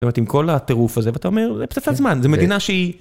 זאת, עם כל הטירוף הזה, ואתה אומר, זה פצצה זמן, זה מדינה שהיא...